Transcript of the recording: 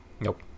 nope